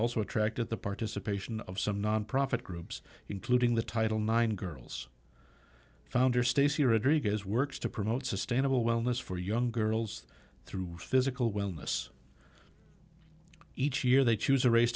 also attracted the participation of some nonprofit groups including the title nine girls founder stacey rodriguez works to promote sustainable wellness for young girls through physical wellness each year they choose a ra